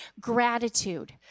gratitude